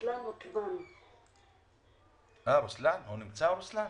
בדיונים הקודמים בחוק הזה נתנו הארכת תוקף להחלטות של ועדות תכנון יותר